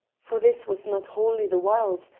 for this was not wholly the wilds,